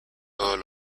todos